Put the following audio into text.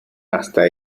hasta